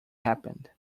happened